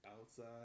outside